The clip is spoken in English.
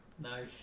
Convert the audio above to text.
Nice